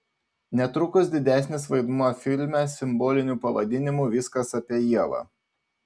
netrukus didesnis vaidmuo filme simboliniu pavadinimu viskas apie ievą